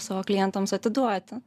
savo klientams atiduoti